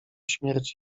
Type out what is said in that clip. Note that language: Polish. śmierć